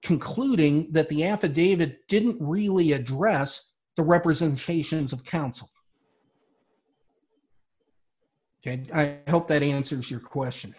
concluding that the affidavit didn't really address the representations of counsel and i hope that answers your question